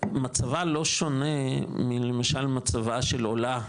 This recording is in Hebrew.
מצבה לא שונה מלמשל, מצבה של עולה,